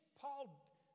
Paul